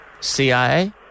CIA